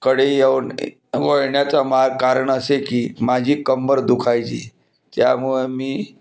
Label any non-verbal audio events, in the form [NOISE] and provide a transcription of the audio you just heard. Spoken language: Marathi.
कडे [UNINTELLIGIBLE] वळण्याचा माझे कारण असे की माझी कंबर दुखायची ज्यामुळं मी